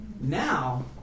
now